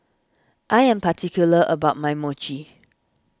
I am particular about my Mochi